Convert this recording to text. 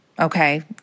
okay